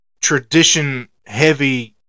tradition-heavy